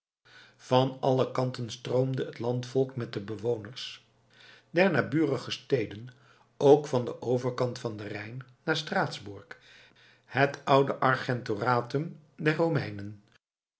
van alle kanten stroomde het landvolk met de bewoners der naburige steden ook van den overkant van den rijn naar straatsburg het oude argentoratum der romeinen